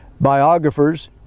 biographers